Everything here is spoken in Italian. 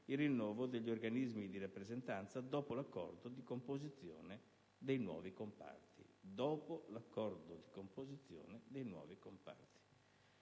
il rinnovo degli organismi di rappresentanza dopo l'accordo di composizione dei nuovi comparti.